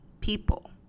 people